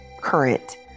current